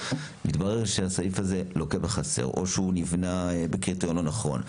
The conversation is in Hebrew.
מתברר שהסעיף הזה לוקה בחסר או שהוא נבנה בקריטריון לא נכון.